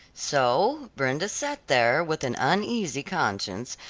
so brenda sat there with an uneasy conscience,